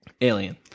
Alien